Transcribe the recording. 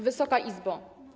Wysoka Izbo!